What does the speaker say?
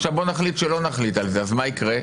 עכשיו בוא נחליט שלא נחליט על זה, אז מה יקרה?